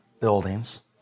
buildings